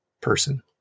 person